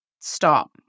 Stop